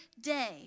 day